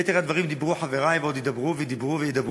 על יתר הדברים דיברו חברי, ועוד ידברו וידברו,